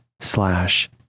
slash